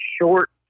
short